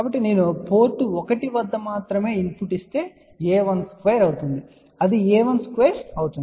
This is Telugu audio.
కాబట్టి నేను పోర్ట్ 1 వద్ద మాత్రమే ఇన్ పుట్ ఇస్తే a12 అవుతుంది అది a12 అవుతుంది